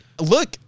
Look